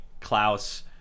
Klaus